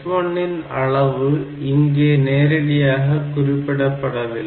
S1 இன் அளவு இங்கே நேரடியாக குறிப்பிடப்படவில்லை